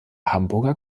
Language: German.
hamburger